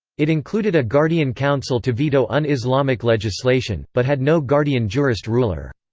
it included a guardian council to veto un-islamic legislation, but had no guardian jurist ruler.